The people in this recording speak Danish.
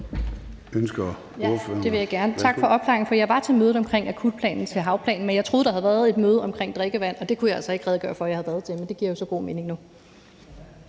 Tak for opklaringen, for jeg var til mødet omkring akutplanen for havmiljøet, men jeg troede, der havde været et møde omkring drikkevand, og det kunne jeg altså ikke redegøre for jeg havde været til, men det giver jo så god mening nu.